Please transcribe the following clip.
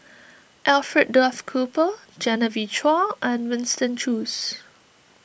Alfred Duff Cooper Genevieve Chua and Winston Choos